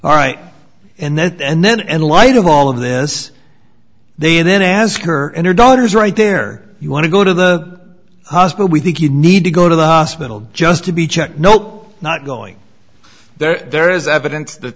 all right and then end light of all of this then as her and her daughter is right there you want to go to the hospital we think you need to go to the hospital just to be checked nope not going there there is evidence that